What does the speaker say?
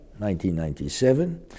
1997